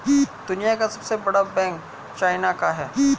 दुनिया का सबसे बड़ा बैंक चाइना का है